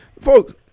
folks